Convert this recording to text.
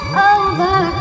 over